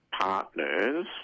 Partners